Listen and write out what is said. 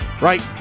Right